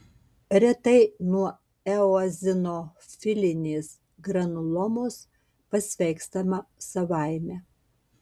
retai nuo eozinofilinės granulomos pasveikstama savaime